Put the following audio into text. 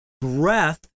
breath